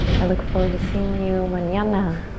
i look forward to seeing you manana. ah and